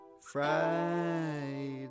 Friday